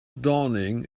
dawning